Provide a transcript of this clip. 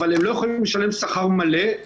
אבל הם לא יכולים לשלם שכר מלא.